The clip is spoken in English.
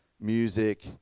music